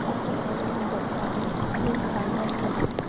ᱟᱹᱰᱤ ᱟᱭᱢᱟ ᱫᱚᱠᱟᱱᱤᱧ ᱯᱟᱸᱡᱟ ᱠᱮᱫᱟ